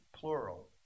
plural